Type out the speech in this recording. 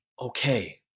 okay